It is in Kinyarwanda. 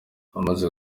amaze